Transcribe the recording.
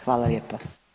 Hvala lijepa.